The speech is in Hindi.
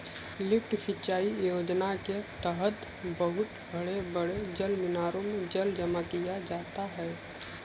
लिफ्ट सिंचाई योजना के तहद बहुत बड़े बड़े जलमीनारों में जल जमा किया जाता है